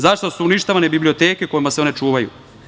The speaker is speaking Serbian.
Zašto su uništavane biblioteke u kojima se one čuvaju?